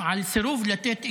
על סירוב לתת אישור,